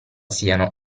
siano